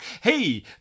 hey